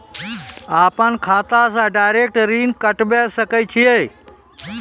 अपन खाता से डायरेक्ट ऋण कटबे सके छियै?